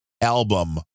album